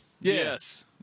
Yes